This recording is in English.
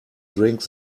drink